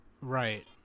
right